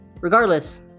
regardless